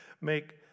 make